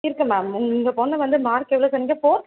இருக்குது மேம் உங்கள் பொண்ணு வந்து மார்க் எவ்வளோ சொன்னீங்க ஃபோர்